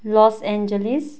Los Angeles